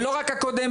ולא רק הקודמת,